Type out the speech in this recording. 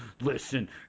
listen